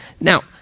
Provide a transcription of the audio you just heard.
Now